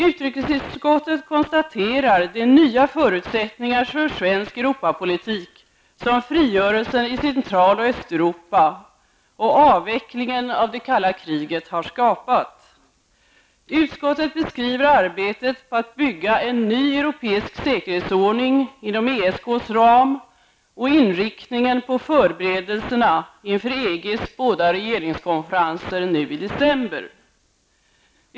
Utrikesutskottet konstaterar de nya förutsättningarna för svensk Europapolitik som frigörelsen i Central och Östeuropa och avvecklingen av det kalla kriget har skapat. Utskottet beskriver arbetet på att bygga en ny europeisk säkerhetsordning inom ESKs ram och inriktningen på förberedelserna inför EGs båda regeringskonferenser nu i december.